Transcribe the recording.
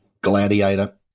Gladiator